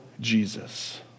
Jesus